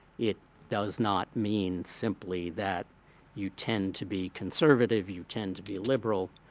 it does not mean simply that you tend to be conservative, you tend to be liberal,